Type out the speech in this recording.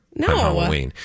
No